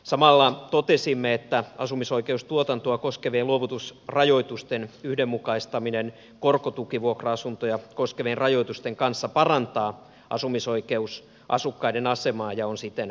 samalla totesimme että asumis oikeustuotantoa koskevien luovutusrajoitusten yhdenmukaistaminen korkotukivuokra asuntoja koskevien rajoitusten kanssa parantaa asumisoikeusasukkaiden asemaa ja on siten perusteltua